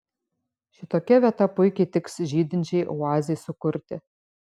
šitokia vieta puikiai tiks žydinčiai oazei sukurti